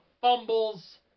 fumbles